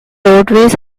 roadways